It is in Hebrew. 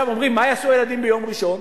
אומרים: מה יעשו הילדים ביום ראשון?